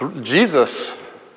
Jesus